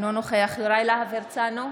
אינו נוכח יוראי להב הרצנו,